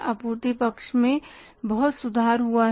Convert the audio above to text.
आपूर्ति पक्ष में बहुत सुधार हुआ है